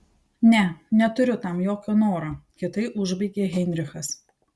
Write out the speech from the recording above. ne neturiu tam jokio noro kietai užbaigė heinrichas